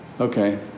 Okay